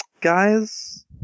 guys